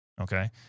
Okay